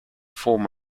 form